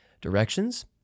directions